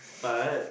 but